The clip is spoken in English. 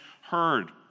heard